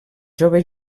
jove